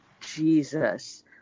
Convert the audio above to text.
Jesus